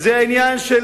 זה העניין של